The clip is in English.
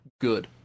good